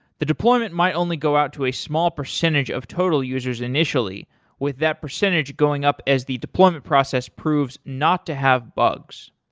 the deployment might only go out to a small percentage of total users initially with that percentage going up as the deployment process proves not to have bugs.